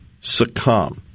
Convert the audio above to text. succumb